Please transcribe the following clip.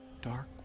dark